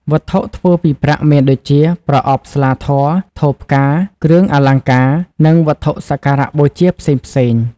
វត្ថុធ្វើពីប្រាក់មានដូចជា ប្រអប់ស្លាធម៌ ថូផ្កា គ្រឿងអលង្ការ និង វត្ថុសក្ការៈបូជា ផ្សេងៗ។